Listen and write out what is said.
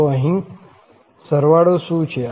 તો અહીં સરવાળો શું છે